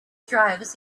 drivers